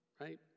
right